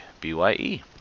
B-Y-E